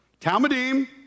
Talmudim